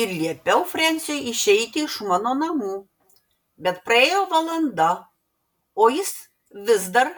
ir liepiau frensiui išeiti iš mano namų bet praėjo valanda o jis vis dar